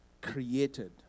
created